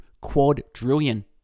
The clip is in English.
quadrillion